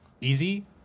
easy